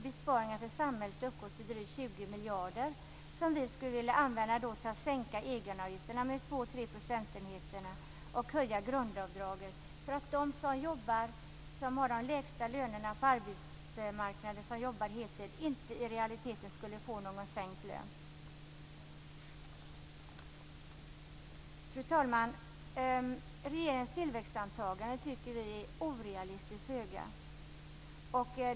Besparingarna för samhället skulle uppgå till drygt 20 miljarder kronor netto, som vi skulle vilja använda till att sänka egenavgifterna med 2-3 procentenheter och höja grundavdraget. De som jobbar heltid och har de lägsta lönerna på arbetsmarknaden skulle då inte i realiteten få någon sänkt lön. Fru talman! Vi tycker att regeringens tillväxtantaganden är orealistiskt höga.